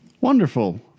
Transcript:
Wonderful